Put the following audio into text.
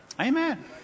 Amen